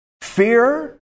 Fear